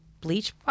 bleach